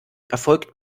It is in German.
erfolgt